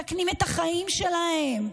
מסכנים את החיים שלהם.